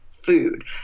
food